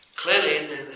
clearly